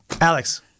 Alex